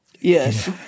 Yes